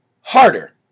harder